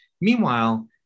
Meanwhile